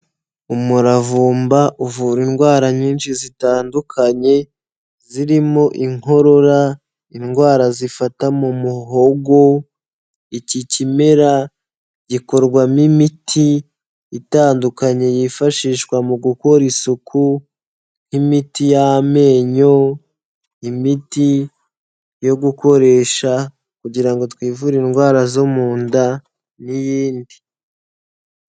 Umuravumba uvura indwara nyinshi zitandukanye, zirimo inkorora, indwara zifata mu muhogo, iki kimera gikorwamo imiti itandukanye yifashishwa mu gukora isuku, nk'imiti y'amenyo, imiti yo gukoresha kugira ngo twivure indwara zo mu nda n'iyindi.